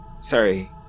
sorry